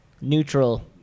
Neutral